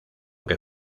que